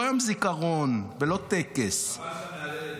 יום זיכרון ולא טקס --- חבל שאתה מהדהד את זה.